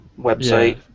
website